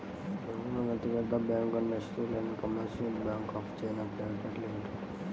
ప్రపంచంలో అతిపెద్ద bank industrial and commercial bank of China private limited